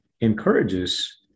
encourages